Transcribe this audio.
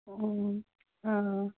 ꯎꯝ